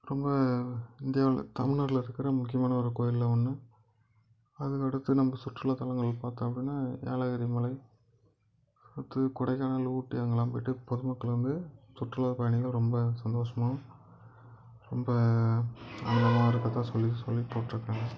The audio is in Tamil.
ரொம்ப இந்தியாவில் தமிழ்நாட்டில் இருக்கிற முக்கியமான ஒரு கோவில்ல ஒன்று அதுக்கு அடுத்து நம்ம சுற்றுலா தலங்கள் பார்த்தோம் அப்படினா ஏலகிரி மலை அடுத்து கொடைக்கானல் ஊட்டி அங்கெல்லாம் போயிட்டு பொதுமக்களை வந்து சுற்றுலா பயணிகள் ரொம்ப சந்தோஷமாகவும் ரொம்ப அதிகமாக இருக்கிறதா சொல்லி சொல்லி போட்டுருக்காங்க